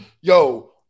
yo